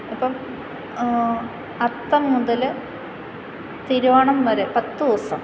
ഇപ്പം അത്തം മുതൽ തിരുവോണം വരെ പത്ത് ദിവസം